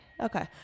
Okay